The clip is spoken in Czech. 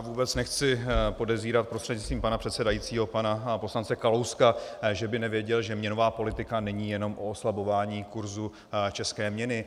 Vůbec nechci podezírat prostřednictvím pana předsedajícího pana poslance Kalouska, že by nevěděl, že měnová politika není jenom o oslabování kurzu české měny.